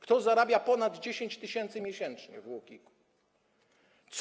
Kto zarabia ponad 10 tys. miesięcznie w UOKiK-u?